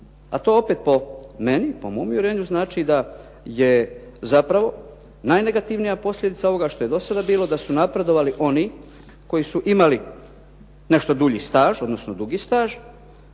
A to opet po meni, po mom uvjerenju znači da je zapravo najnegativnija posljedica ovoga što je do sada bilo da su napredovali oni koji su imali nešto dulji staž, odnosno dugi staž,